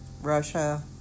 Russia